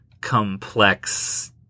complex